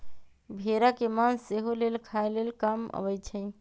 भेड़ा के मास सेहो लेल खाय लेल काम अबइ छै